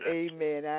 amen